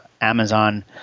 Amazon